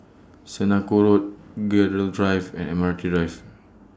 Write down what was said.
Senoko Road Gerald Drive and Admiralty Drive